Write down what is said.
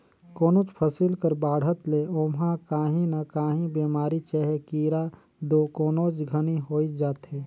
कोनोच फसिल कर बाढ़त ले ओमहा काही न काही बेमारी चहे कीरा दो कोनोच घनी होइच जाथे